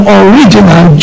original